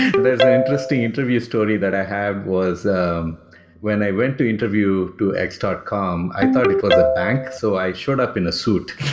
there's an interesting interview story that i had, was when i went to interview to x dot com, i thought it was a bank, so i showed up in a suit.